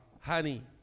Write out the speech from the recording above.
honey